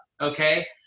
okay